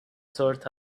sort